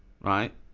Right